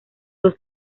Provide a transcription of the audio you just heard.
dos